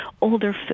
Older